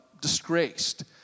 disgraced